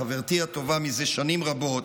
חברתי הטובה מזה שנים רבות.